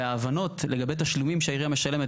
וההבנות לגבי תשלומים שהעירייה משלמת